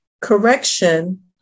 Correction